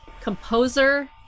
composer